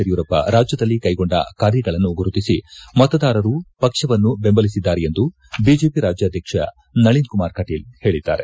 ಯಡಿಯೂರಪ್ಪ ರಾಜ್ಯದಲ್ಲಿ ಕೈಗೊಂಡ ಕಾರ್ಯಗಳನ್ನು ಗುರುತಿಸಿ ಮತದಾರರು ಪಕ್ಷವನ್ನು ಬೆಂಬಲಿಸಿದ್ದಾರೆ ಎಂದು ಬಿಜೆಪಿ ರಾಜ್ಯಾಧ್ಯಕ್ಷ ನಳಿನ್ ಕುಮಾರ್ ಕಟೀಲ್ ಹೇಳಿದ್ದಾರೆ